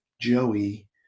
Joey